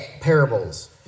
parables